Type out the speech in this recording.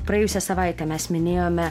praėjusią savaitę mes minėjome